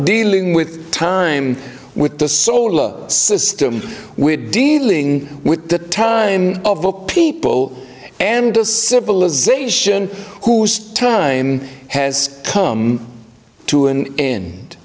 dealing with time with the solar system we're dealing with the time of the people and a civilization whose time has come to in